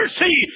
see